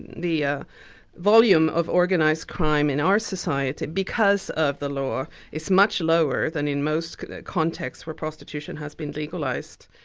the ah volume of organised crime in our society, because of the law, is much lower than in most contexts where prostitution has been legalised.